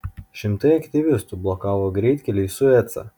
šimtai aktyvistų blokavo greitkelį į suecą